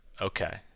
okay